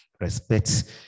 respect